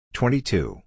twenty-two